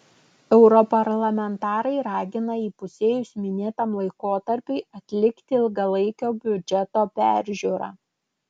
europarlamentarai ragina įpusėjus minėtam laikotarpiui atlikti ilgalaikio biudžeto peržiūrą